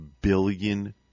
billion